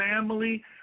family